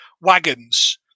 wagons